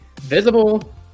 Visible